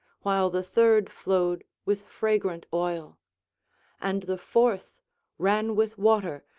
while the third flowed with fragrant oil and the fourth ran with water,